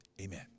Amen